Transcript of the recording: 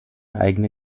eigene